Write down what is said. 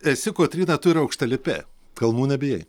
esi kotryna tu ir aukštalipė kalnų nebijai